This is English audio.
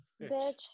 Bitch